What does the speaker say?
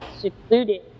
secluded